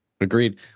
Agreed